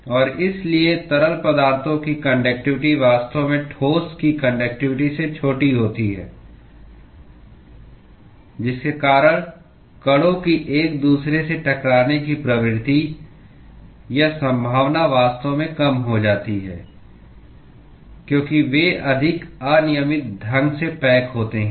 और इसलिए तरल पदार्थों की कान्डक्टिवटी वास्तव में ठोस की कान्डक्टिवटी से छोटी होती है जिसके कारण कणओं की एक दूसरे से टकराने की प्रवृत्ति या संभावना वास्तव में कम हो जाती है क्योंकि वे अधिक अनियमित ढंग से पैक होते हैं